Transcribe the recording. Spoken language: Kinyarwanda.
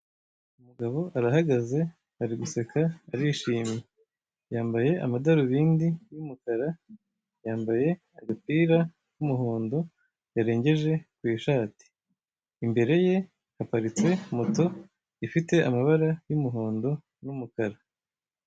Umugabo arahagaze ari guseka arishimye yambaye amadarubindi y'umukara yambaye agapira k'umugondo yarengeje ku ishati, imbere ye haparitse moto ifite amabara y'umuhondo n'umukara.